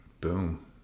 Boom